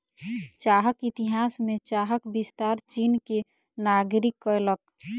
चाहक इतिहास में चाहक विस्तार चीन के नागरिक कयलक